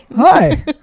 Hi